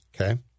Okay